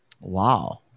Wow